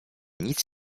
nic